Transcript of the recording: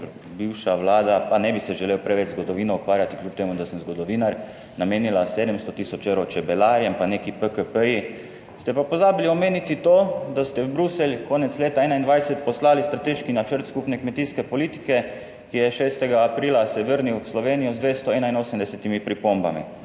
bivša Vlada, pa ne bi se želel preveč z zgodovino ukvarjati, kljub temu, da sem zgodovinar, namenila 700 tisoč evrov čebelarjem, pa neki PKP, ste pa pozabili omeniti to, da ste v Bruselj konec leta 2021 poslali strateški načrt skupne kmetijske politike, ki je 6. aprila se je vrnil v Slovenijo z 281. pripombami.